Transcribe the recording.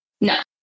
No